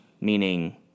meaning